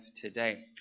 today